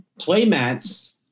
Playmats